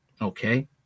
Okay